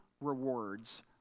rewards